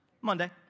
Monday